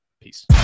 Peace